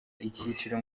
icyiciro